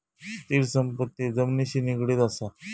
स्थिर संपत्ती जमिनिशी निगडीत असा